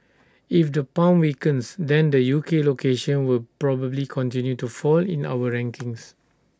if the pound weakens then the U K locations will probably continue to fall in our rankings